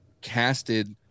casted